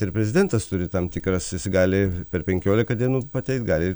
ir prezidentas turi tam tikras gali per penkiolika dienų pateikt gali ir